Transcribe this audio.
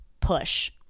push